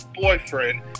boyfriend